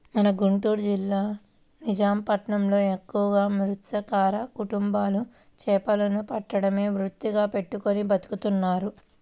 మన గుంటూరు జిల్లా నిజాం పట్నంలో ఎక్కువగా మత్స్యకార కుటుంబాలు చేపలను పట్టడమే వృత్తిగా పెట్టుకుని బతుకుతున్నారు